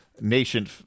Nation